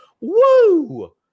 Woo